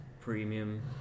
premium